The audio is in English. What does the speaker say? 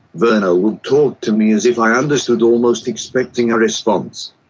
virna would talk to me as if i understood, almost expecting a response.